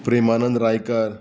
Premanand Raikar